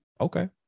okay